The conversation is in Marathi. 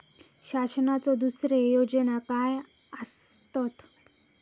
शासनाचो दुसरे योजना काय आसतत?